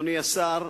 אדוני השר,